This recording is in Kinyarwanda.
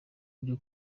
byo